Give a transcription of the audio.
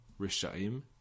Rishaim